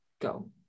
go